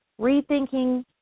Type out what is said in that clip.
rethinking